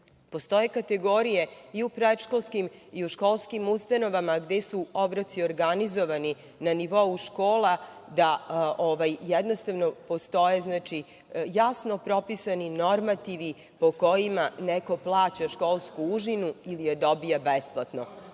Postoje kategorije i u predškolskim i u školskim ustanovama gde su obroci organizovani na nivou škola, da jednostavno postoje jasno propisani normativi po kojima neko plaća školsku užinu ili je dobija besplatno.